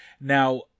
Now